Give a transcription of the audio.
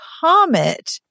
comet